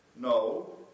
No